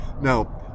Now